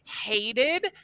hated